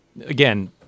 again